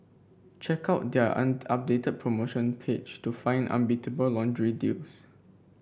check out their on updated promotion page to find unbeatable laundry deals